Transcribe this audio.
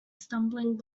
stumbling